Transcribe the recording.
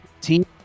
Team